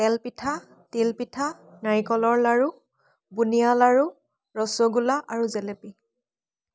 তেলপিঠা তিলপিঠা নাৰিকলৰ লাড়ু বুনিয়া লাড়ু ৰসগোল্লা আৰু জেলেপি